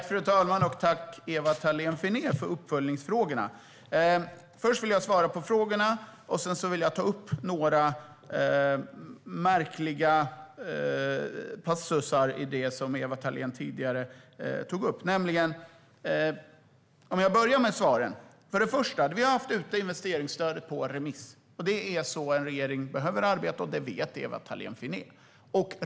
Fru talman! Tack, Ewa Thalén Finné, för uppföljningsfrågorna! Först vill jag svara på frågorna, och sedan vill jag ta upp några märkliga passusar i det som Ewa Thalén Finné tidigare tog upp. Jag börjar med svaren. Först och främst: Vi har haft investeringsstödet ute på remiss. Det är så en regering behöver arbeta, och det vet Ewa Thalén Finné.